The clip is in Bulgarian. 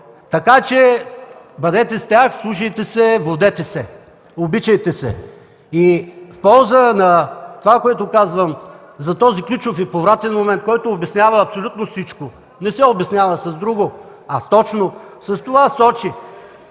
Така че бъдете с тях, слушайте се, водете се, обичайте се. В полза на това, което казвам – за този ключов и повратен момент, който обяснява абсолютно всичко: не се обяснява с друго, а точно с това –